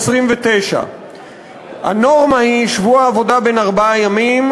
29. הנורמה היא שבוע עבודה בן ארבעה ימים,